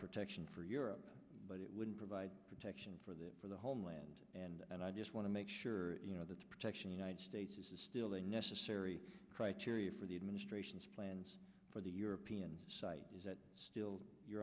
protection for europe but it wouldn't provide protection for that for the homeland and i just want to make sure you know that the protection united states is still a necessary criterion for the administration's plans for the european site is that still your